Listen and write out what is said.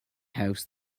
house